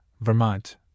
Vermont